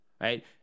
right